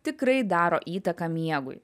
tikrai daro įtaką miegui